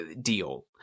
deal